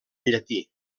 llatí